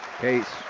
Case